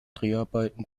dreharbeiten